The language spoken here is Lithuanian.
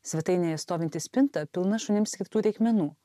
svetainėje stovinti spinta pilna šunims skirtų reikmenų